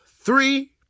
three